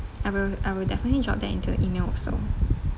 I will I will definitely drop that into your email also